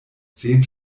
zehn